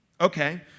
Okay